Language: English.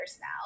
now